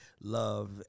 love